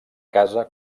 casa